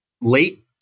late